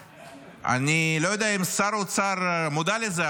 אני לא יודע אם שר אוצר מודע לזה,